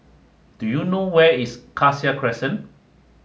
do you know where is Cassia Crescent